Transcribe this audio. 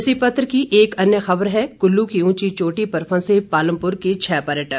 इसी पत्र की एक अन्य खबर है कुल्लू की उंची चोटी पर फंसे पालमपुर के छह पर्यटक